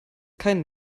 kein